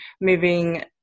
moving